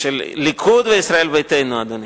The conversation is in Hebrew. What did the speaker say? של הליכוד וישראל ביתנו, אדוני.